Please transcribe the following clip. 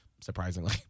surprisingly